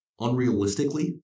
Unrealistically